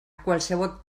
qualsevol